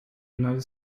united